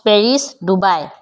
Paris Dubai